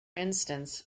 instance